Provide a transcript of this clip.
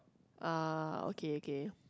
ah okay okay